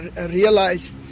realize